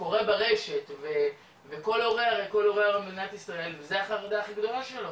שקורה ברשת וכל הורה הרי במדינת ישראל זה החרדה הכי גדולה שלו,